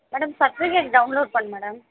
madam certificate download பண்ணணும் madam